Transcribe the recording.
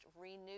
renewed